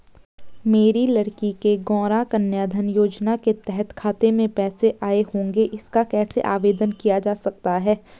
मेरी लड़की के गौंरा कन्याधन योजना के तहत खाते में पैसे आए होंगे इसका कैसे आवेदन किया जा सकता है?